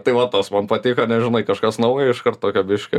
tai va tas man patiko nes žinai kažkas naujo iškart tokio biškį